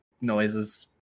noises